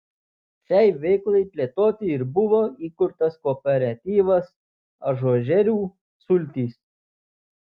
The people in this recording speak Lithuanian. šiai veiklai plėtoti ir buvo įkurtas kooperatyvas ažuožerių sultys